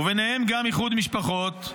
וביניהם גם איחוד משפחות.